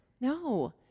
No